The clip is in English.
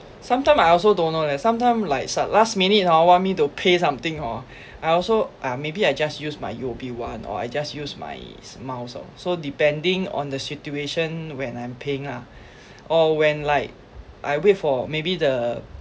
sometime I also don't know leh sometime like sa~ last minute hor want me to pay something hor I also uh maybe I just use my U_O_B one or I just use my s~ miles orh so depending on the situation when I'm paying lah or when like I wait for maybe the